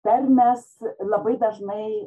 tarmės labai dažnai